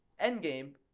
Endgame